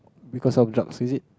because of drugs is it